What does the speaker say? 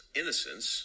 innocence